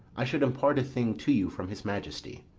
i should impart a thing to you from his majesty.